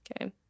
Okay